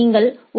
நீங்கள் ஓ